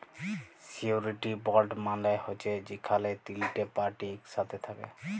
surety bond মালে হছে যেখালে তিলটে পার্টি ইকসাথে থ্যাকে